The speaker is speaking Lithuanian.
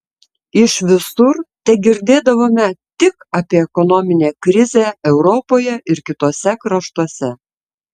iš visur tegirdėdavome tik apie ekonominę krizę europoje ir kituose kraštuose